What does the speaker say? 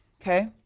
Okay